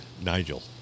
Nigel